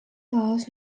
taas